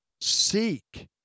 seek